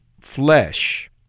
flesh